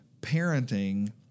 Parenting